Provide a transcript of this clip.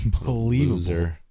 Unbelievable